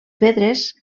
pedres